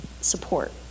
support